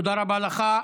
תודה לך.